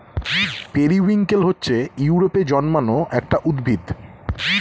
periwinkle হচ্ছে ইউরোপে জন্মানো একটি উদ্ভিদ